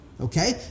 Okay